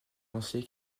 lancé